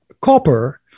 copper